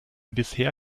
bisher